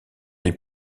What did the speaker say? les